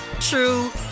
true